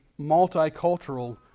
multicultural